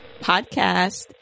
podcast